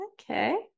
okay